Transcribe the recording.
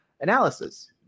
analysis